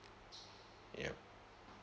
yup